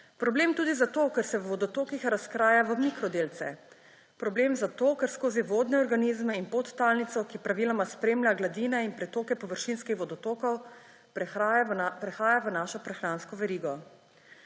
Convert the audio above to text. Problem tudi zato, ker se v vodotokih razkraja v mikrodelce. Problem zato, ker skozi vodne organizme in podtalnico, ki praviloma spremlja gladine in pretoke površinskih vodotokov, prehaja v našo prehransko verigo.